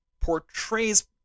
portrays